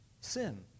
Sin